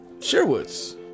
Sherwoods